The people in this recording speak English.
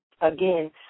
Again